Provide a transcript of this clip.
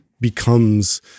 becomes